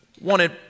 wanted